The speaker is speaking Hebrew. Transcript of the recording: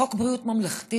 חוק ביטוח בריאות ממלכתי